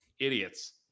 Idiots